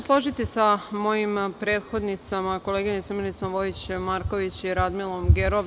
Složiću se sa mojim prethodnicama, koleginicom Milicom Vojić Marković i Radmilom Gerov.